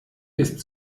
ist